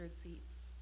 seats